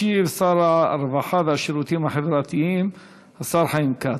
ישיב שר הרווחה והשירותים החברתיים חיים כץ.